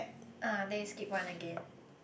ah then you skip one again